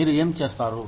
మీరు ఏమి చేస్తారు